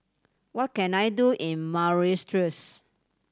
what can I do in Mauritius